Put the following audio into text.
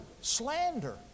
slander